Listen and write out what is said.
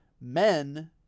men